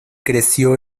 creció